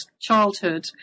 childhood